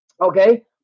Okay